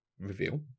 reveal